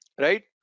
Right